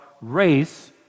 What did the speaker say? race